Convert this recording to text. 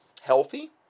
Healthy